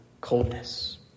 coldness